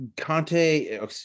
Conte